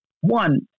one